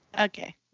Okay